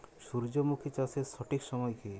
সূর্যমুখী চাষের সঠিক সময় কি?